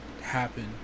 happen